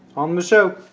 on the show